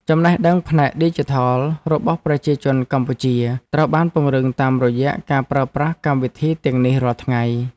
ចំណេះដឹងផ្នែកឌីជីថលរបស់ប្រជាជនកម្ពុជាត្រូវបានពង្រឹងតាមរយៈការប្រើប្រាស់កម្មវិធីទាំងនេះរាល់ថ្ងៃ។